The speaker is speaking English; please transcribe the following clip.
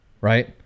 right